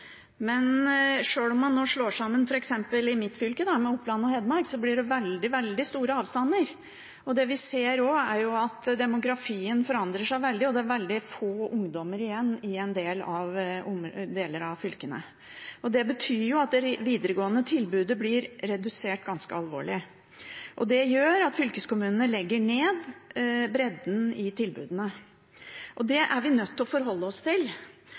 men selv om man nå slår sammen f.eks. Oppland og Hedmark, som er mitt fylke, blir det veldig store avstander. Det vi også ser, er at demografien forandrer seg veldig, og det er veldig få ungdommer igjen i deler av fylkene. Det betyr at det videregående tilbudet blir ganske alvorlig redusert, og det gjør at fylkeskommunene legger ned bredden i tilbudene. Det er vi nødt til å forholde oss til